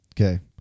Okay